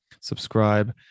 subscribe